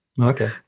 Okay